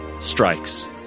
Strikes